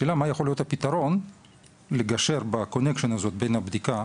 השאלה מה יכול להיות הפתרון לגשר בקונקשיין הזה בין הבדיקה